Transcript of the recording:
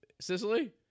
Sicily